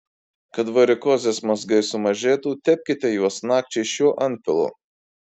kad varikozės mazgai sumažėtų tepkite juos nakčiai šiuo antpilu